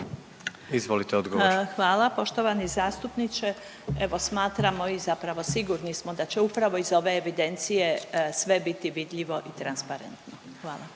Marija** Hvala. Poštovani zastupniče, evo smatramo i zapravo sigurni smo da će upravo iz ove evidencije sve biti vidljivo i transparentno. Hvala.